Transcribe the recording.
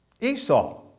Esau